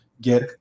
get